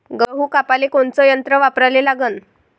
गहू कापाले कोनचं यंत्र वापराले लागन?